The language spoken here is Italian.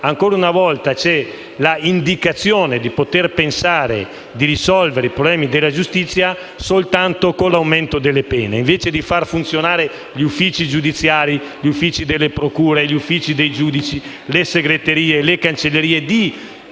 ancora una volta si pensa di poter risolvere i problemi della giustizia soltanto con l'aumento delle pene. Invece di far funzionare gli uffici giudiziari, gli uffici delle procure, gli uffici dei giudici, le segreterie, le cancellerie,